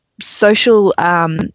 social